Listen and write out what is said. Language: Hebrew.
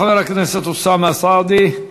תודה לחבר הכנסת אוסאמה סעדי.